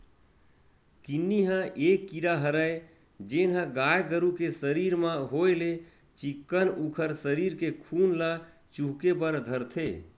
किन्नी ह ये कीरा हरय जेनहा गाय गरु के सरीर म होय ले चिक्कन उखर सरीर के खून ल चुहके बर धरथे